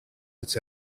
its